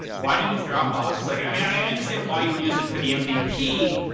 why do you use dropbox? like i understand why you would use it for the mvp,